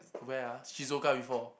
where ah Shizuoka before